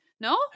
no